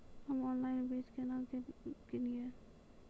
हम्मे ऑनलाइन बीज केना के किनयैय?